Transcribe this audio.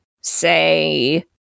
say